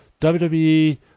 WWE